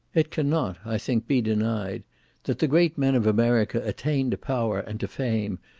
it cannot, i think, be denied that the great men of america attain to power and to fame,